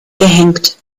gehängt